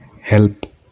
help